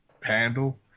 handle